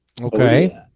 Okay